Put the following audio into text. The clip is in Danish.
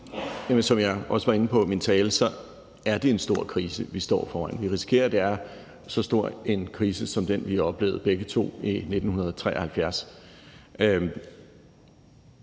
Som jeg også var inde på i min tale, er det en stor krise, vi står foran. Vi risikerer, at det er en lige så stor krise som den, vi begge to